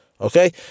Okay